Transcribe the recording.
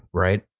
right?